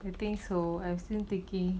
I think so I've still thinking